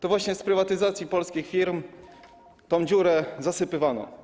To właśnie z prywatyzacji polskich firm tę dziurę zasypywano.